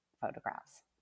photographs